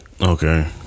Okay